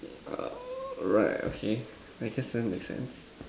uh right okay I guess that makes sense